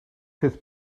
his